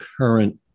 current